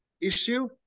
issue